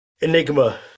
enigma